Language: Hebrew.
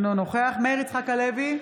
אינו נוכח מאיר יצחק הלוי,